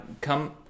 come